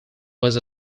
was